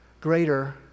greater